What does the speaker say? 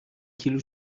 کیلو